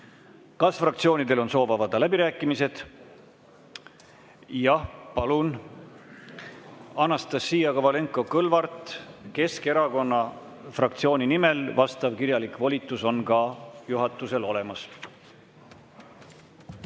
Kas fraktsioonidel on soov avada läbirääkimised? Jah, palun, Anastassia Kovalenko-Kõlvart Keskerakonna fraktsiooni nimel! Vastav kirjalik volitus on ka juhatusel olemas.